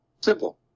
simple